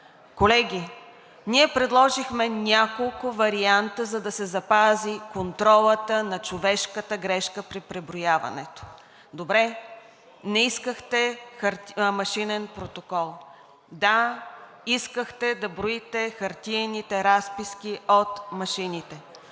Колеги, ние предложихме няколко варианта, за да се запази контролата на човешката грешка при преброяването. Добре, не искахте машинен протокол, да, искахте да броите хартиените разписки от машините.